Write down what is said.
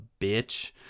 bitch